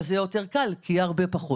אבל זה יהיה יותר קל כי יהיה הרבה פחות.